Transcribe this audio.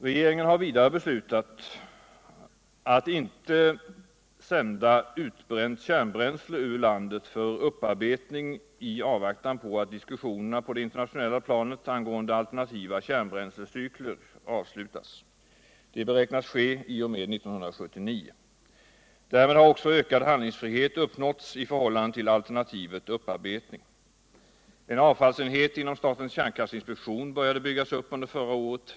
Regeringen har vidare när det gäller säkerhetsfrågorna beslutat att inte sända utbränt kärnbränsle ur landet för upparbetning i avvaktan på att diskussionerna på det internationella planet angående alternativa kärnbränslecykler avslutas. Det beräknas sko i och med 1979. Därmed har också ökad handlingsfrihet uppnåtts i förhållande till alternativet upparbetning. En avfallsenhet inom statens kärnkraftsinspektion började byggas upp förra året.